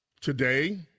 today